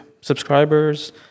subscribers